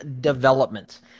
development